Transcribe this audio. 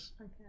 Okay